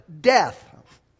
death